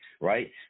right